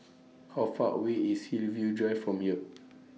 How Far away IS Hillview Drive from here